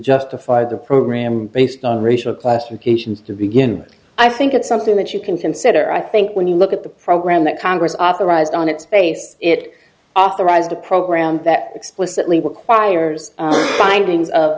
justify the program based on racial classifications to begin i think it's something that you can consider i think when you look at the program that congress authorized on its base it authorized a program that explicitly requires findings of